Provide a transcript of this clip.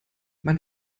mein